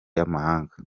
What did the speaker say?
y’amahanga